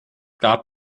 gab